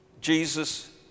Jesus